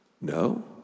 No